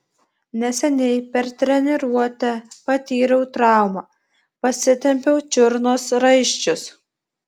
neseniai per treniruotę patyriau traumą pasitempiau čiurnos raiščius